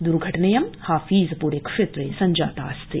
दुर्घटनेयं हफीजपुर क्षेत्रे संजातास्ति